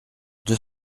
deux